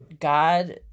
God